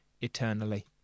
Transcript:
eternally